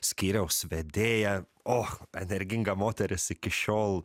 skyriaus vedėja oh energinga moteris iki šiol